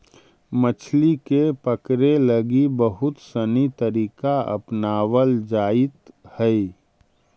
मछली के पकड़े लगी बहुत सनी तरीका अपनावल जाइत हइ